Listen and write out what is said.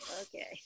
Okay